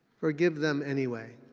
forgive them anyway.